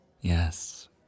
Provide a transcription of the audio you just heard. Yes